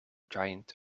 giant